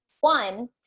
one